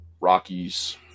Rockies